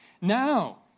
now